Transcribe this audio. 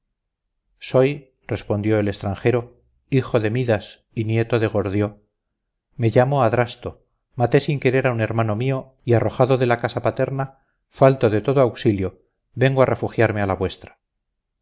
soy respondió el extranjero hijo de midas y nieto de gordió me llamo adrasto maté sin querer a un hermano mío y arrojado de la casi paterna falto de todo auxilio vengo a refugiarme a la vuestra